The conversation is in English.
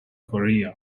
korea